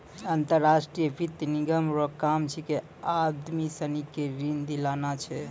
अंतर्राष्ट्रीय वित्त निगम रो काम छिकै आदमी सनी के ऋण दिलाना छै